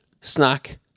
snack